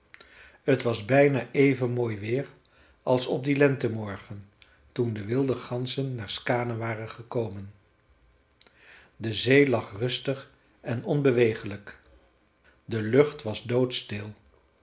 t was bijna even mooi weer als op dien lentemorgen toen de wilde ganzen naar skaane waren gekomen de zee lag rustig en onbewegelijk de lucht was doodstil